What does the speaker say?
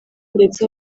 ndetse